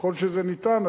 ככל שזה ניתן,